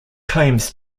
claims